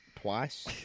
twice